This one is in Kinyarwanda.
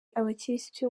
abakirisitu